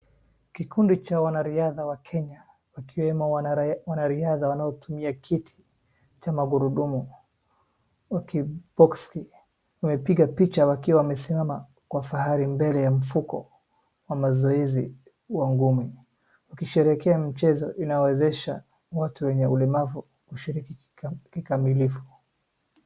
Kikundi cha wanariadha wa Kenya wakimwemo wanariadha wanaotumia kiti cha magurudumu. Wamepiga picha wakiwa wamesimama kwa kifahari mbele ya mfuko wa mazoezi wa ndondi. Ukisherehekea mchezo inaowezesha mtu yenye ulemavu kushiriki kikamilifu.